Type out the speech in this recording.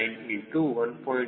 9 into 1